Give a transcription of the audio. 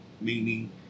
meaning